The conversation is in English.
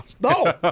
No